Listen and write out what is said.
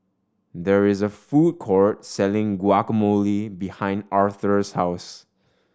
there is a food court selling Guacamole behind Arthur's house